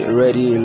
ready